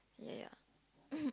yeah yeah